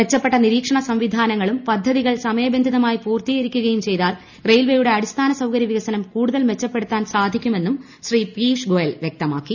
മെച്ചപ്പെട്ട നിരീക്ഷണ സംവിധാനങ്ങളും പദ്ധതികൾ സമയബന്ധിതമായി പൂർത്തീകരിക്കുകയും ചെയ്താൽ റെയിൽവേയുടെ അടിസ്ഥാനസൌകര്യ വികസനം കൂടുതൽ മെച്ചപ്പെടുത്തുത്താൻ സാധിക്കുമെന്നും ശ്രീ പിയൂഷ് ഗോയൽ വ്യക്തമാക്കി